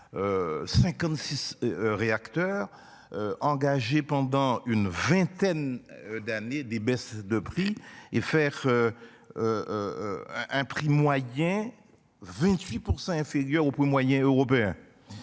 ce réacteur. Engagé pendant une vingtaine. D'années des baisses de prix et faire. Un prix moyen. 28% inférieur au prix moyen européen.